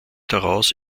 daraus